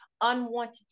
unwanted